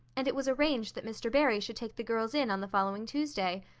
and it was arranged that mr. barry should take the girls in on the following tuesday.